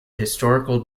historical